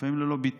לפעמי ללא ביטוח,